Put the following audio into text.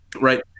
right